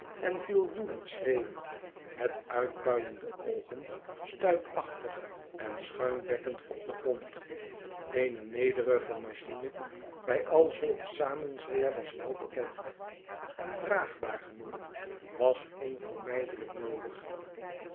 en viel woedend schreeuwend met uitpuilende oogen stuipachtig en schuimbekkend op den grond ene nederige machme bij al zulke samenzweerders welbekend en draagbaar genoemd was onvermijdelijk noodig